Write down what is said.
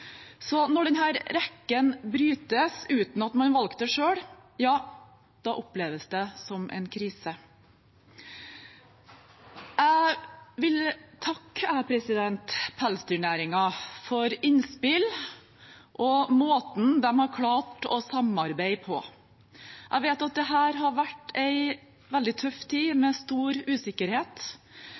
Så når denne rekken brytes uten at man har valgt det selv, oppleves det som en krise. Jeg vil takke pelsdyrnæringen for innspill og for måten de har klart å samarbeide på. Jeg vet at dette har vært en veldig tøff tid med stor usikkerhet.